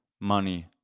money